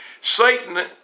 Satan